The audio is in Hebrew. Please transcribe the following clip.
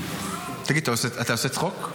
תגיד, אתה עושה צחוק?